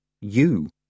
You